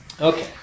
Okay